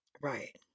Right